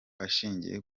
ashingiye